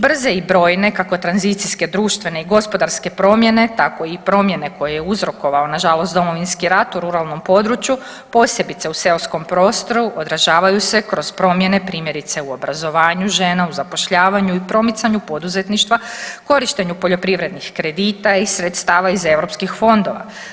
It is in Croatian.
Brze i brojne kako tranzicijske, društvene i gospodarske promjene, tako i promjene koje je uzrokovao na žalost Domovinski rat u ruralnom području posebice u seoskom prostoru održavaju se kroz promjene primjerice u obrazovanju žena, u zapošljavanju i promicanju poduzetništva, korištenju poljoprivrednih kredita iz sredstava iz EU fondova.